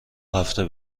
هفته